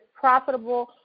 profitable